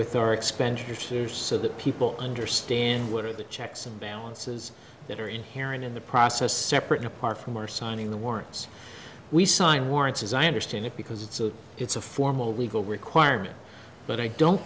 with our expenditures here so that people understand what are the checks and balances that are inherent in the process separate and apart from our signing the warrants we signed warrants as i understand it because it's a it's a formal legal requirement but i don't